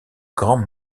grands